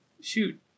Shoot